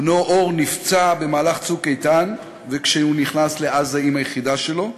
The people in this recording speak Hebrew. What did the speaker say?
בנו אור נפצע במהלך "צוק איתן" כשהוא נכנס לעזה עם היחידה שלו.